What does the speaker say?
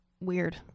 weird